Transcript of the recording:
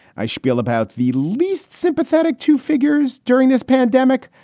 i shpiel about the least sympathetic to figures during this pandemic.